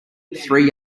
three